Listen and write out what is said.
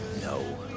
No